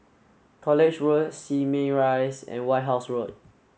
College Road Simei Rise and White House Road